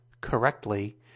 correctly